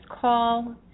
call